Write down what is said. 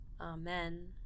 Amen